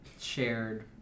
shared